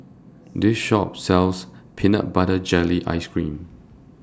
This Shop sells Peanut Butter Jelly Ice Cream